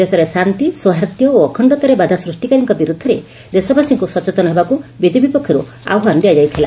ଦେଶର ଶାନ୍ତି ସୌହାର୍ବ୍ଧ୍ୟ ଓ ଅଖଣ୍ତାରେ ବାଧା ସୃଷ୍କିକାରୀଙ୍କ ବିରୁଦ୍ଧରେ ଦେଶବାସୀଙ୍କୁ ସଚେତନ ହେବାକୁ ବିଜେପି ପକ୍ଷରୁ ଆହ୍ୱାନ ଦିଆଯାଇଥିଲା